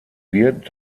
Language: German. wird